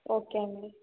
okay అండీ